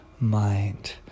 mind